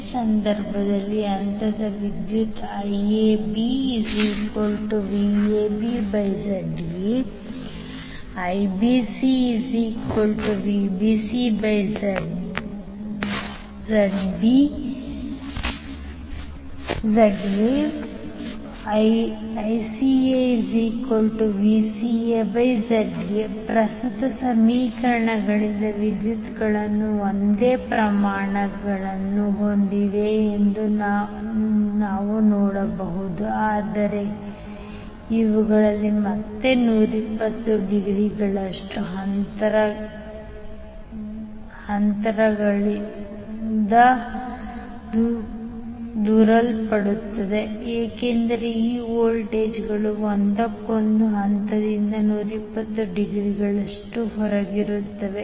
ಈ ಸಂದರ್ಭದಲ್ಲಿ ಹಂತದ ವಿದ್ಯುತ್ IABVABZ∆VabZ∆ IBCVBCZ∆VbcZ∆ ICAVCAZ∆VcaZ∆ ಪ್ರಸ್ತುತ ಸಮೀಕರಣಗಳಿಂದ ವಿದ್ಯುತ್ಗಳು ಒಂದೇ ಪ್ರಮಾಣವನ್ನು ಹೊಂದಿವೆ ಎಂದು ನೀವು ನೋಡಬಹುದು ಆದರೆ ಇವುಗಳು ಮತ್ತೆ 120 ಡಿಗ್ರಿಗಳಷ್ಟು ಹಂತದಿಂದ ಹೊರಗುಳಿಯುತ್ತವೆ ಏಕೆಂದರೆ ಈ ವೋಲ್ಟೇಜ್ಗಳು ಒಂದಕ್ಕೊಂದು ಹಂತದಿಂದ 120 ಡಿಗ್ರಿಗಳಷ್ಟು ಹೊರಗಿರುತ್ತವೆ